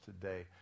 today